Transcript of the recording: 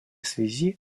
связи